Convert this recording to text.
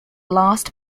last